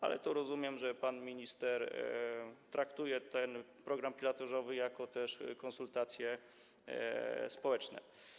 Ale rozumiem, że pan minister traktuje ten program pilotażowy też jako konsultacje społeczne.